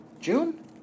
June